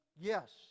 Yes